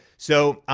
so,